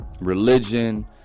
religion